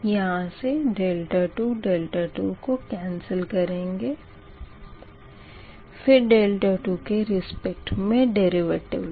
यहाँ से 2 2 को केन्सल करेंगे फिर 2 के रेसपेक्ट में डेरिवेटिव लें